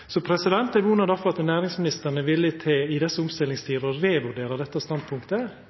Så eg vonar derfor at næringsministeren – i desse omstillingstider – er villig til å revurdera dette standpunktet